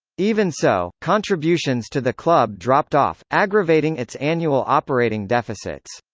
even so, contributions to the club dropped off, aggravating its annual operating deficits.